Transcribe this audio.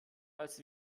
als